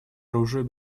оружию